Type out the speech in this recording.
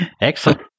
Excellent